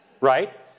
right